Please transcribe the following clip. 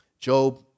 Job